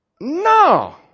No